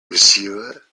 monsieur